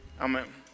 Amen